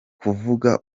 kuvuga